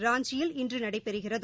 ராஞ்சியில் இன்று நடைபெறுகிறது